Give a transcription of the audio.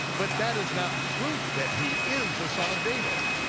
but that is not proof that he is the son of david.